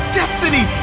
destiny